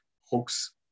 hoax